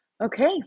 okay